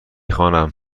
خوانم